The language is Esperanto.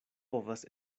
povas